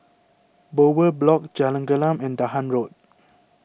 Bowyer Block Jalan Gelam and Dahan Road